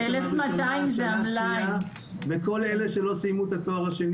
שנה שנייה וכל אלה שלא סיימו את התואר השני